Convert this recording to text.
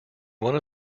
one